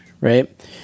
right